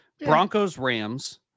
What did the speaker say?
Broncos-Rams